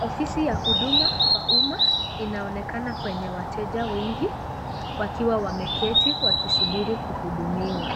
Ofisi ya huduma kwa umma inaonekana kwenye wateja wengi wakiwa wameketi wakisubiri kuhudumiwa.